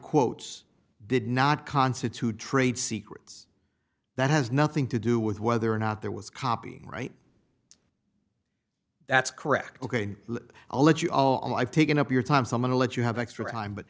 quotes did not constitute trade secrets that has nothing to do with whether or not there was copying right that's correct ok i'll let you all i've taken up your time someone let you have extra time but